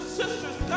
sisters